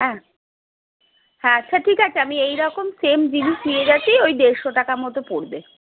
হ্যাঁ হ্যাঁ আচ্ছা ঠিক আছে আমি এই রকম সেম জিনিস নিয়ে গেছি ওই দেড়শো টাকার মতো পড়বে